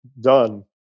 done